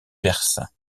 perse